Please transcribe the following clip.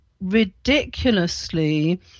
ridiculously